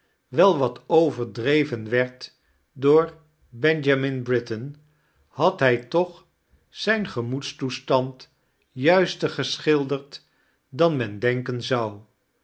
wel wat oiverdreven werd door benjamin britain had hij toohi zijn gemoedstoestand juister geschilderd dan men denfcen zou